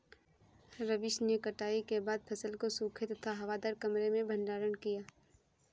रवीश ने कटाई के बाद फसल को सूखे तथा हवादार कमरे में भंडारण किया